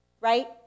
right